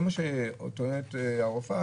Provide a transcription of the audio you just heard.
לא מה שטוענת הרופאה,